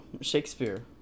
Shakespeare